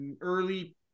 early